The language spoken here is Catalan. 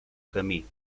camí